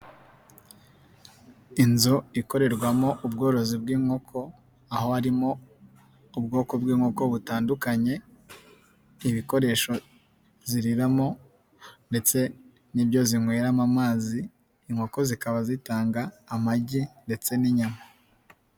Inzu ikorerwamo ubworozi bw'inkoko, aho harimo ubwoko bw'inkoko butandukanye, ibikoresho ziriramo ndetse n'ibyo zinyweramo amazi, inkoko zikaba zitanga amagi ndetse n'inyama.